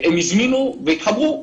הם הזמינו והתחברו,